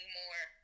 more